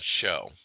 show